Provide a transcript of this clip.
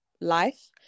life